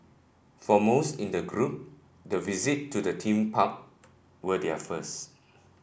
for most in the group the visit to the theme park were their first